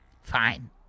Fine